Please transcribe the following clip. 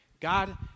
God